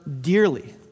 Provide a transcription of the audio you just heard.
dearly